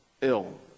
ill